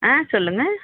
ஆ சொல்லுங்கள்